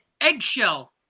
eggshell